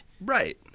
right